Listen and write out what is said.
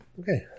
Okay